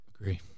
agree